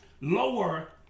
lower